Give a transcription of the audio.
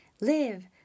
live